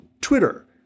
Twitter